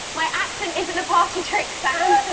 my accent isn't a party trick, sam.